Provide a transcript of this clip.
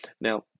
Now